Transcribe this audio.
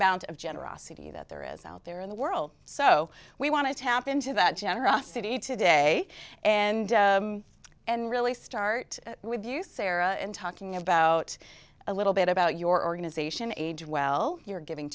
amount of generosity that there is out there in the world so we want to tap into that generosity today and and really start with you sara and talking about a little bit about your organization age well you're giving